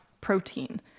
protein